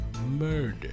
murder